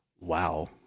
Wow